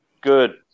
good